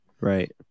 Right